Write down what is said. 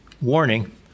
warning